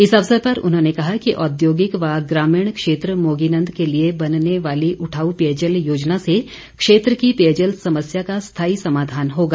इस अवसर पर उन्होंने कहा कि औद्योगिक और ग्रामीण क्षेत्र मोगीनंद के लिए बनने वाली उठाउ पेयजल योजना से क्षेत्र की पेयजल समस्या का स्थाई समाधान होगा